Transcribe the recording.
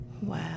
Wow